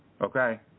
okay